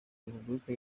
republika